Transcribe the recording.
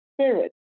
spirit